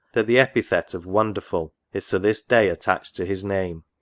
that the epithet of wonderful is to this day attached to his name.